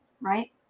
right